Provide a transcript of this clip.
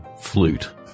Flute